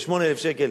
או 8,000 שקל,